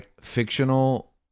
fictional